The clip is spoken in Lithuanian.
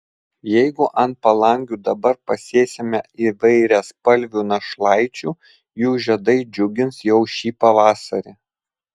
jeigu ant palangių dabar pasėsime įvairiaspalvių našlaičių jų žiedai džiugins jau ši pavasarį